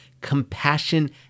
compassion